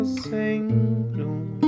sing